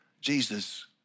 Jesus